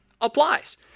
applies